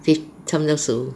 fif~ 差不多十五